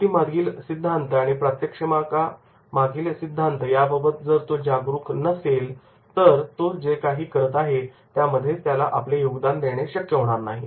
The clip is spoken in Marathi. कृतीमागील सिद्धांत प्रात्यक्षिका मागील सिद्धांताबाबत जर तो जागरूक नसेल तर तो जे काही करत असेल त्यामध्ये आपले योगदान देणे त्याला शक्य होणार नाही